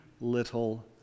little